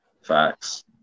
Facts